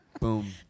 Boom